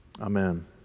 Amen